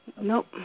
Nope